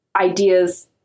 ideas